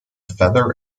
feather